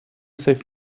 save